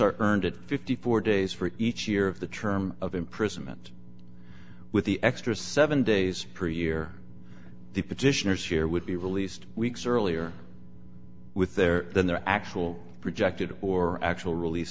are earned it fifty four dollars days for each year of the term of imprisonment with the extra seven days per year the petitioners here would be released weeks earlier with their than their actual projected or actual release